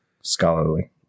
Scholarly